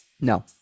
No